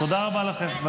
תודה רבה לכם.